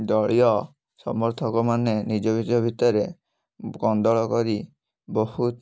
ଦଳୀୟ ସମର୍ଥକମାନେ ନିଜ ନିଜ ଭିତରେ କନ୍ଦଳ କରି ବହୁତ